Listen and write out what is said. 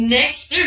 Next